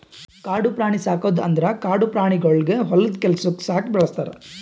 ಕಾಡು ಪ್ರಾಣಿ ಸಾಕದ್ ಅಂದುರ್ ಕಾಡು ಪ್ರಾಣಿಗೊಳಿಗ್ ಹೊಲ್ದು ಕೆಲಸುಕ್ ಸಾಕಿ ಬೆಳುಸ್ತಾರ್